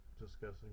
discussing